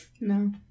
No